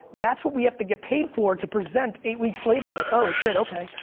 that's what we have to get paid for to present eight weeks later. i'm like, oh shit, okay.